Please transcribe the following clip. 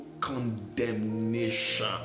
condemnation